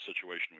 situation